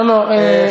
לא לא,